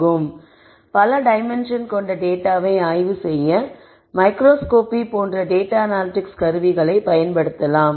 எனவே பல டைமென்ஷன் கொண்ட டேட்டாவை ஆய்வு செய்ய மைக்கிரோஸ்கோபி போன்ற டேட்டா அனலிடிக்ஸ் கருவிகளை பயன்படுத்தலாம்